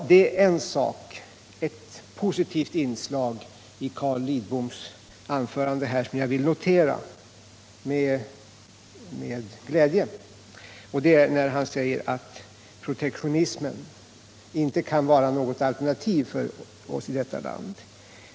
Det är ett positivt inslag i Carl Lidboms anförande som jag vill notera med glädje, nämligen när han säger att protektionismen inte kan vara något alternativ för oss i detta land.